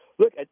Look